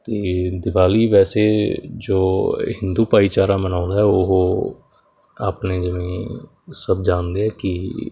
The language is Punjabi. ਅਤੇ ਦਿਵਾਲੀ ਵੈਸੇ ਜੋ ਹਿੰਦੂ ਭਾਈਚਾਰਾ ਮਨਾਉਂਦਾ ਉਹ ਆਪਣੇ ਜਿਵੇਂ ਸਭ ਜਾਣਦੇ ਆ ਕਿ